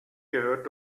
gehört